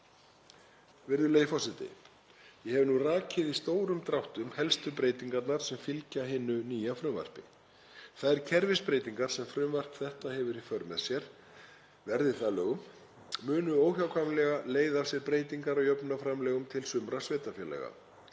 Virðulegi forseti. Ég hef nú rakið í stórum dráttum helstu breytingarnar sem fylgja hinu nýja frumvarpi. Þær kerfisbreytingar sem frumvarp þetta hefur í för með sér, verði það að lögum, munu óhjákvæmilega leiða af sér breytingar á jöfnunarframlögum til sumra sveitarfélaga.